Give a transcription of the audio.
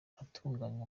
hatunganywa